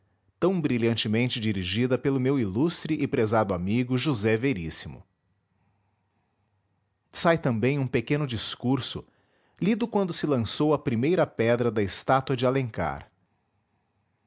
tão brilhantemente dirigida pelo meu ilustre e prezado amigo josé veríssimo sai também um pequeno discurso lido quando se lançou a primeira pedra da estátua de alencar